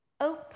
open